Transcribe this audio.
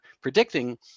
predicting